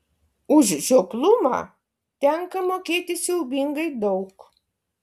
už žioplumą tenka mokėti siaubingai daug